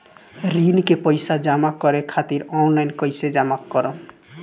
ऋण के पैसा जमा करें खातिर ऑनलाइन कइसे जमा करम?